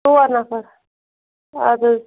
ژور نَفَر اَدٕ حظ